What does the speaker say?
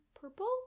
purple